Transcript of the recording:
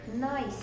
Nice